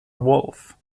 wolf